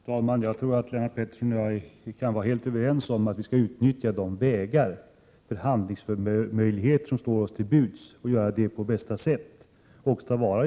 Fru talman! Jag tror att Lennart Petterson och jag är helt överens om att vi skall utnyttja de vägar, de förhandlingsmöjligheter, som står till buds och göra det på bästa sätt.